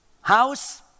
house